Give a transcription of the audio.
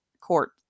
court